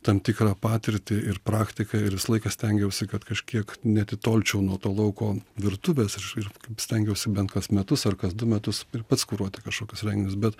tam tikrą patirtį ir praktiką ir visą laiką stengiausi kad kažkiek neatitolčiau nuo to lauko virtuvės ir ir kaip stengiausi bent kas metus ar kas du metus ir pats kuruoti kažkokius renginius bet